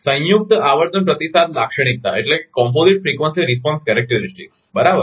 હવે સંયુક્ત આવર્તન પ્રતિસાદ લાક્ષણિકતા છે બરાબર